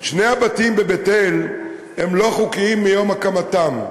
שני הבתים בבית-אל הם לא חוקיים מיום הקמתם,